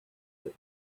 she